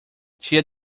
tia